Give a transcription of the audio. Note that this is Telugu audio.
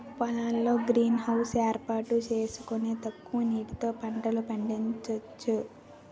పొలాల్లో గ్రీన్ హౌస్ ఏర్పాటు సేసుకొని తక్కువ నీటితో పంటలు పండించొచ్చు